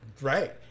Right